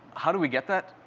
how do we get that?